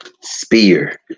Spear